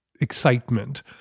excitement